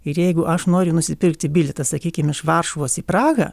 ir jeigu aš noriu nusipirkti bilietą sakykim iš varšuvos į prahą